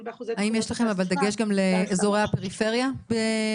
באחוז --- האם יש לכם אבל גם דגש לאזורי הפריפריה בהכוון?